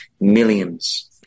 millions